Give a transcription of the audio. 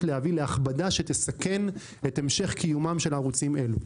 להביא להכבדה שתסכן את המשך קיומם של ערוצים אלה.